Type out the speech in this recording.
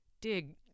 Dig